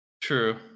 True